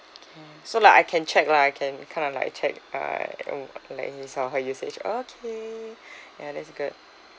okay so like I can check lah I can kinda like check uh mm like this his her usage okay ya that's good